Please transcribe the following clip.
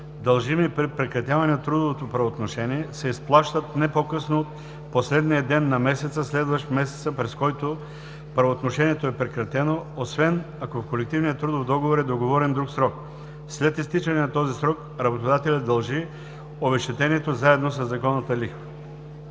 дължими при прекратяване на трудовото правоотношение, се изплащат не по-късно от последния ден на месеца, следващ месеца, през който правоотношението е прекратено, освен ако в колективния трудов договор е договорен друг срок. След изтичане на този срок работодателят дължи обезщетението заедно със законната лихва.“